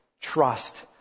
trust